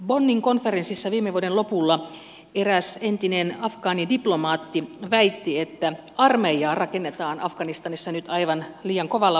bonnin konferenssissa viime vuoden lopulla eräs entinen afgaanidiplomaatti väitti että armeijaa rakennetaan afganistanissa nyt aivan liian kovalla vauhdilla